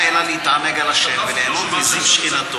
אלא להתענג על ה' וליהנות מזיו שכינתו,